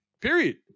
period